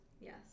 yes